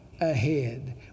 ahead